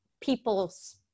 people's